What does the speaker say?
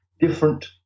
different